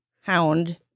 Hound